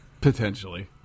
Potentially